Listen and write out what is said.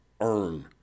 earn